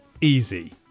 easy